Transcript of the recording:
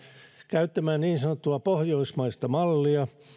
käyttämään niin sanottua pohjoismaista mallia